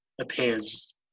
appears